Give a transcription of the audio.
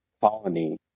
colony